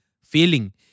failing